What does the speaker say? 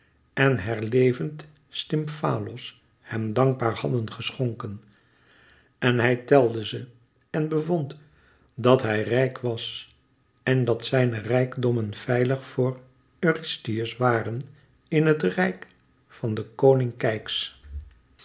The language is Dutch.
en herlevend stymfalos hem dankbaar hadden geschonken en hij telde ze en bevond dat hij rijk was en dat zijne rijkdommen veilig voor eurystheus waren in het rijk van den koning